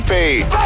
Fade